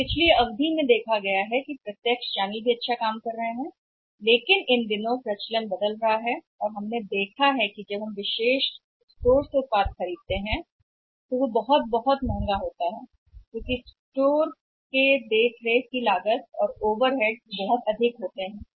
तो पिछले अवधि में देखा है कि डायरेक्ट चैनल भी बहुत अच्छा काम कर रहा है लेकिन इन दिनों अब ट्रेंड बदल रहा है और उनका भी हमने देखा है कि क्या होता है आपने देखा होगा कि जब हम उत्पाद खरीदते हैं अनन्य स्टोर वे बहुत बहुत महंगे हैं क्योंकि स्टोर को बनाए रखने की लागत बहुत अधिक है ओवरहेड्स बहुत अधिक हैं